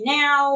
now